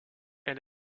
elle